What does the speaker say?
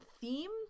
theme